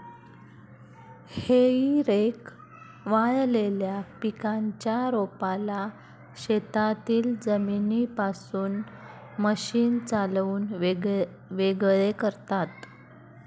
हेई रेक वाळलेल्या पिकाच्या रोपाला शेतातील जमिनीपासून मशीन चालवून वेगळे करतात